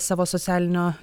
savo socialinio